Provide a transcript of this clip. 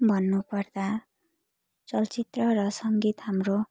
भन्नुपर्दा चलचित्र र सङ्गीत हाम्रो